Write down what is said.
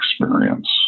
experience